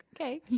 Okay